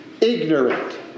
ignorant